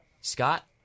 Scott